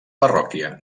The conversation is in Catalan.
parròquia